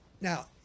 Now